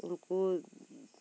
ᱩᱱᱠᱩ